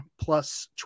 plus